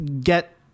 get